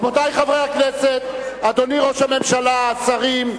רבותי חברי הכנסת, אדוני ראש הממשלה, השרים,